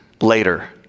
later